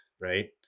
right